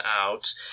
out